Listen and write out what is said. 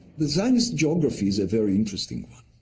the zionist geography is a very interesting one.